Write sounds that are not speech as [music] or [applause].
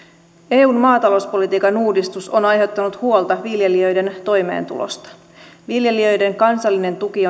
eun maatalouspolitiikan uudistus on aiheuttanut huolta viljelijöiden toimeentulosta viljelijöiden kansallinen tuki [unintelligible]